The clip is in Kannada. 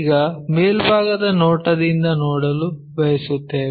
ಈಗ ಮೇಲ್ಭಾಗದ ನೋಟದಿಂದ ನೋಡಲು ಬಯಸುತ್ತೇವೆ